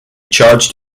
charged